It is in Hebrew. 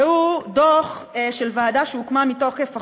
והוא דוח של ועדה שהוקמה מתוקף החוק,